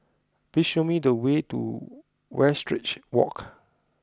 please show me the way to Westridge Walk